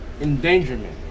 endangerment